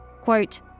Quote